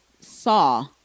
saw